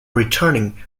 returning